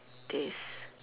this